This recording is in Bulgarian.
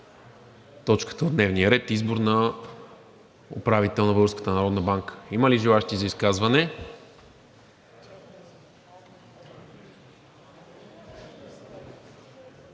точката в дневния ред „Избор на управител на Българската народна банка“. Има ли желаещи за изказване?